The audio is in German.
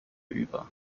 über